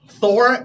Thor